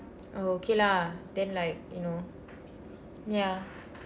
oh okay lah then like you know ya